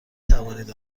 توانید